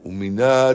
Umina